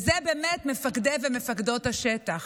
אלה באמת מפקדי ומפקדות השטח.